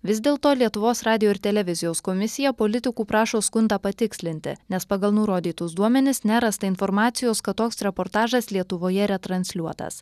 vis dėlto lietuvos radijo ir televizijos komisija politikų prašo skundą patikslinti nes pagal nurodytus duomenis nerasta informacijos kad toks reportažas lietuvoje retransliuotas